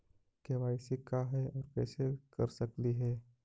KYC का है, और कैसे कर सकली हे?